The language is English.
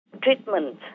treatment